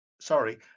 Sorry